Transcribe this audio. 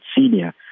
senior